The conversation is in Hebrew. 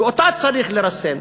ואותה צריך לרסן.